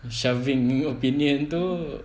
shaving new opinion tu